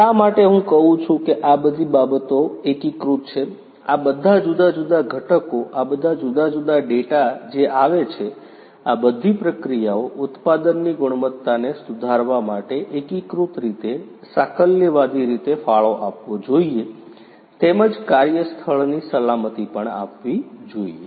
શા માટે હું કહું છું કે આ બધી બાબતો એકીકૃત છે આ બધા જુદા જુદા ઘટકો આ બધા જુદા જુદા ડેટા જે આવે છે આ બધી પ્રક્રિયાઓ ઉત્પાદનની ગુણવત્તાને સુધારવા માટે એકીકૃત રીતે સાકલ્યવાદી રીતે ફાળો આપવો જોઈએ તેમજ કાર્યસ્થળની સલામતી પણ આપવી જોઈએ